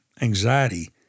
anxiety